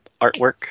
artwork